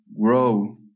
grow